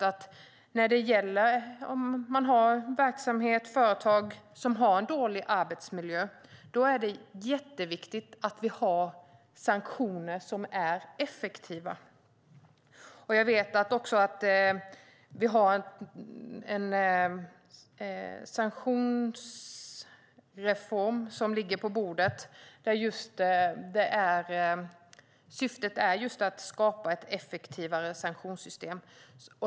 Om man har en verksamhet, ett företag, som har en dålig arbetsmiljö är det jätteviktigt att det finns sanktioner som är effektiva. Jag vet att vi har en sanktionsreform som ligger på bordet med syftet att skapa ett effektivare sanktionssystem.